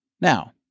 Now